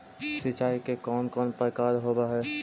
सिंचाई के कौन कौन प्रकार होव हइ?